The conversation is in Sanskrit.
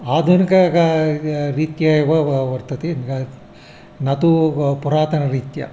आधुनिकरीत्या एव व वर्तते न तु पुरातनरीत्या